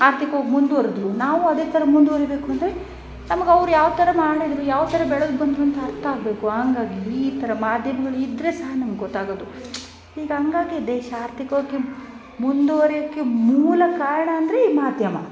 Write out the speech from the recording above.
ಆರ್ಥಿಕವಾಗ್ ಮುಂದುವರೆದ್ರು ನಾವು ಅದೇ ಥರ ಮುಂದುವರಿಬೇಕು ಅಂದರೆ ನಮ್ಗೆ ಅವ್ರು ಯಾವ ಥರ ಮಾಡಿದರು ಯಾವ ಥರ ಬೆಳೆದು ಬಂದ್ರಂತ ಅರ್ಥ ಆಗಬೇಕು ಹಂಗಾಗಿ ಈ ಥರ ಮಾಧ್ಯಮಗಳ್ ಇದ್ರೇ ಸಹ ನಮ್ಗೆ ಗೊತ್ತಾಗೋದು ಈಗ ಹಂಗಾಗಿ ದೇಶ ಆರ್ಥಿಕ್ವಾಗಿ ಮುಂದುವರಿಯೋಕೆ ಮೂಲ ಕಾರಣ ಅಂದರೆ ಈ ಮಾಧ್ಯಮ